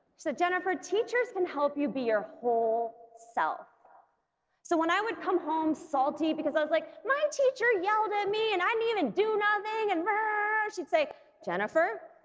said jennifer, teachers can help you be your whole self so when i would come home salty because i was like my teacher yelled at me and i didn't um even do nothing and rarrr she'd say jennifer,